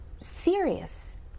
serious